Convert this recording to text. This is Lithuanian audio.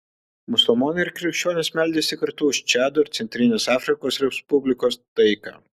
musulmonai ir krikščionys meldėsi kartu už čado ir centrinės afrikos respublikos taiką